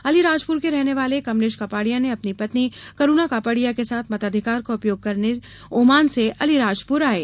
अलीराजपुर के रहने वाले कमलेश कापड़िया अपनी पत्नी करुणा कापड़िया के साथ मताधिकार का उपयोग करने ओमान से अलीराजपुर आये